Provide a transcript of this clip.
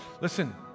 listen